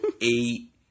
Eight